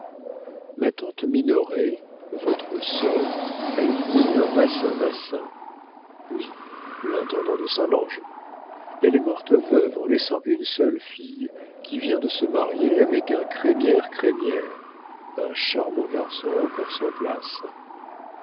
ma tante minoret votre sœur a épousé un massin massin oui l'intendant de saint lange elle est morte veuve en laissant une seule fille qui vient de se marier avec un crémière crémière un charmant garçon encore sans place